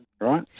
right